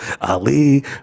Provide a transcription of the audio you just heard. ali